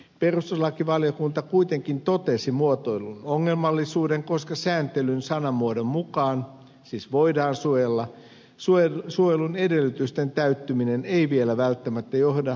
perustuslakivaliokunta kuitenkin totesi muotoilun ongelmallisuuden koska sääntelyn sanamuodon mukaan siis voidaan suojella suojelun edellytysten täyttyminen ei vielä välttämättä johda suojelupäätösten tekemiseen